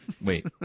Wait